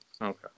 Okay